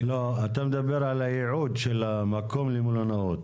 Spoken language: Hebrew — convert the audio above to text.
אתה מדבר על הייעוד של המקום למלונאות.